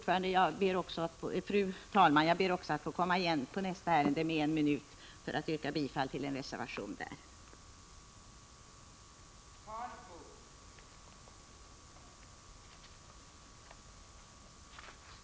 Fru talman! Jag ber att få återkomma under nästa ärende och yrka bifall till en reservation till det betänkandet.